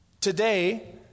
Today